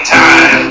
time